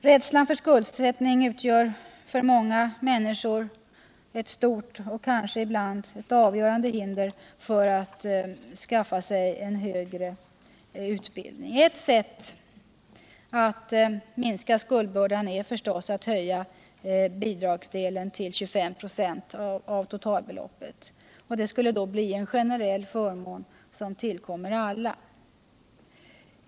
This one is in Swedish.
Rädslan för skuldsättning utgör för många människor ett stort och kanske ibland avgörande hinder för att skaffa sig högre utbildning. Ett sätt att minska skuldbördan är förstås att höja bidragsdelen till 25 96 av totalbeloppet. Detta skulle då bli en generell förmån som tillkommer alla.